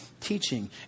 teaching